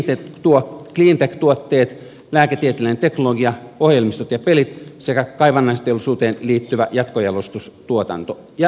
niitä ovat cleantech tuotteet lääketieteellinen teknologia ohjelmistot ja pelit sekä kaivannaisteollisuuteen liittyvä jatkojalostustuotanto ja myöskin robotisaatio